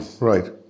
Right